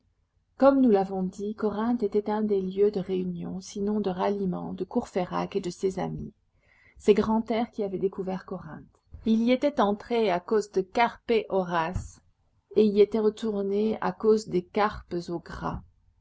comme nous l'avons dit corinthe était un des lieux de réunion sinon de ralliement de courfeyrac et de ses amis c'est grantaire qui avait découvert corinthe il y était entré à cause de carpe horas et y était retourné à cause des carpes au gras